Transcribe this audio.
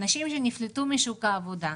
נשים שנפלטו משוק העבודה,